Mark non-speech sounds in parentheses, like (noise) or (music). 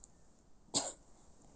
(coughs)